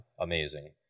amazing